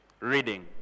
reading